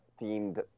themed